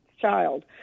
child